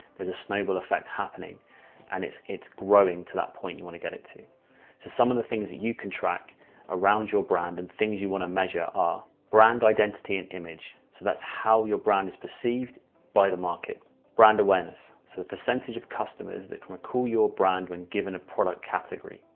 there's a snowball effect happening and it's, it's growing to that point. you want to get it. so some of the things that you can track around your brand and things you want to measure are brand identity and image. so that's how your brand is perceived by the market brand awareness. so the percentage of customers that can recall your brand when given a product category,